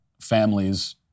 families